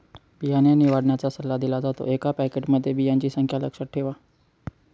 बियाणे निवडण्याचा सल्ला दिला जातो, एका पॅकेटमध्ये बियांची संख्या लक्षात ठेवा